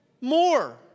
more